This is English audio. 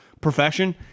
profession